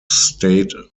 state